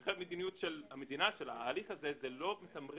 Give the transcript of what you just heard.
במיוחד כשהמדיניות של ההליך הזה היא לא לתמרץ